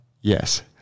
yes